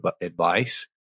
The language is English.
advice